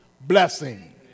blessing